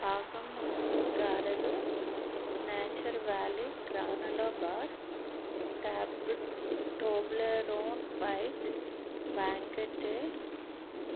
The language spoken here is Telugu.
పాకం గారెలు Nature Valley granola bar tab Toblerone white బ్యాంకెటే